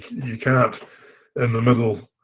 you cannot in the middle